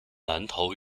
南投